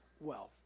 wealth